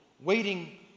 waiting